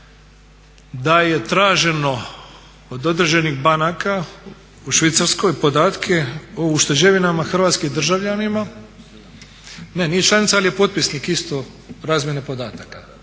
da je traženo od određenih banaka u Švicarskoj podatke o ušteđevinama hrvatskih državljana… … /Upadica se ne razumije./ … Ne, nije članica ali je potpisnik isto razmjene podataka.